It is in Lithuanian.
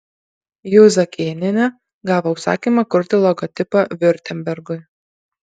juzakėnienė gavo užsakymą kurti logotipą viurtembergui